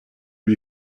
lui